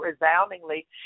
resoundingly